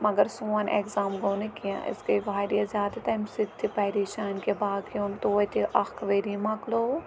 مگر سون اٮ۪کزام گوٚو نہٕ کینٛہہ أسۍ گٔے واریاہ زیادٕ تَمہِ سۭتۍ تہِ پریشان کہِ باقٕیَن توتہِ اَکھ ؤری مۄکلووُکھ